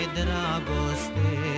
dragoste